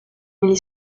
negli